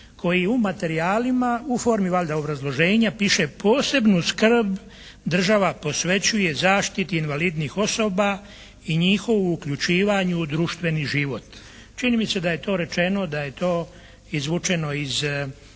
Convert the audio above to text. koji u materijalima u formi valjda obrazloženja piše posebnu skrb država posvećuje zaštiti invalidnih osoba i njihovu uključivanju u društveni život. Čini mi se da je to rečeno da je to izvučeno iz